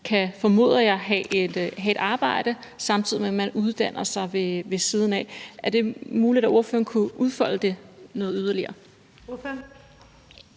man – formoder jeg – kan have et arbejde, samtidig med at man uddanner sig ved siden af. Er det muligt, at ordføreren kunne udfolde det noget yderligere?